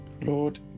Lord